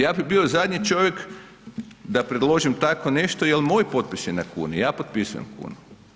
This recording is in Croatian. Ja bi bio zadnji čovjek da predložim tako nešto jer moj potpis je na kuni, ja potpisujem kunu.